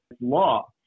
law